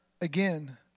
again